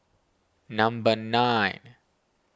number nine